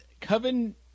Coven